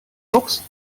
fuchs